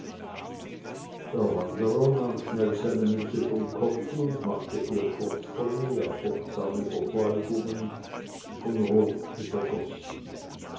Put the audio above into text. der wanderer nahm schnell seine mütze vom kopfe und machte ehrfurchtsvolle ja furchtsame verbeugungen von rot übergossen